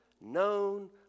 known